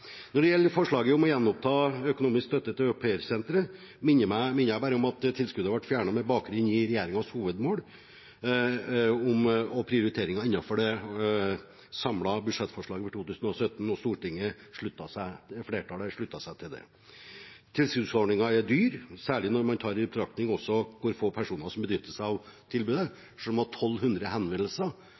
Når det gjelder forslaget om å gjenoppta økonomisk støtte til aupairsenteret, minner jeg bare om at tilskuddet ble fjernet med bakgrunn i regjeringens hovedmål og prioriteringer innenfor det samlede budsjettforslaget for 2017, og stortingsflertallet sluttet seg til det. Tilskuddsordningen er dyr, særlig når man tar i betraktning hvor få personer som benytter seg av tilbudet, selv om det var 1 200 henvendelser,